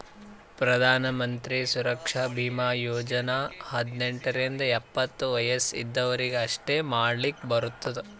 ಪ್ರಧಾನ್ ಮಂತ್ರಿ ಸುರಕ್ಷಾ ಭೀಮಾ ಯೋಜನಾ ಹದ್ನೆಂಟ್ ರಿಂದ ಎಪ್ಪತ್ತ ವಯಸ್ ಇದ್ದವರೀಗಿ ಅಷ್ಟೇ ಮಾಡ್ಲಾಕ್ ಬರ್ತುದ